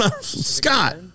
Scott